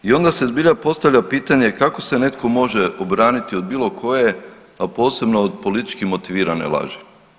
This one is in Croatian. I onda se zbilja postavlja pitanje kako se netko može obraniti od bilo koje, a posebno od politički motivirane laži?